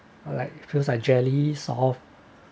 or like it feels like jelly soft